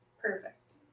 perfect